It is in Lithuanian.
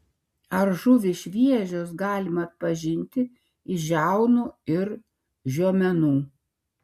ar žuvys šviežios galima atpažinti iš žiaunų ir žiomenų